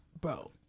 bro